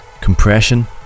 compression